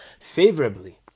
favorably